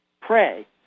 pray